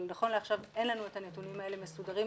אבל נכון לעכשיו אין לנו את הנתונים האלה מסודרים,